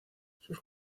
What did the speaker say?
sus